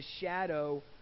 shadow